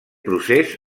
procés